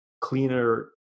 cleaner